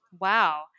Wow